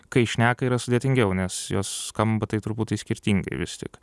kai šneka yra sudėtingiau nes jos skamba tai truputį skirtingai vis tik